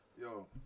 Yo